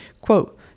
quote